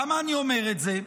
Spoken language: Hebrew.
למה אני אומר את זה?